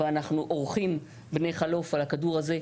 ואנחנו אורחים בני חלוף על פני הכדור הזה.